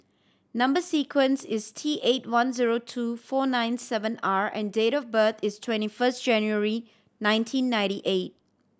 number sequence is T eight one zero two four nine seven R and date of birth is twenty first January nineteen ninety eight